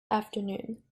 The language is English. afternoon